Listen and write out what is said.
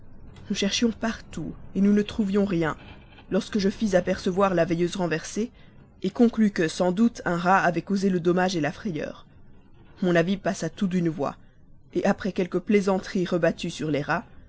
nous cherchions partout nous ne trouvions rien lorsque je fis apercevoir la veilleuse renversée conclus que sans doute un rat avait causé le dommage la frayeur mon avis passa tout d'une voix après quelques plaisanteries rebattues sur les rats